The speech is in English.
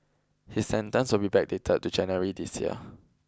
his sentence will be backdated to January this year